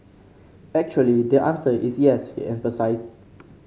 actually the answer is yes he emphasised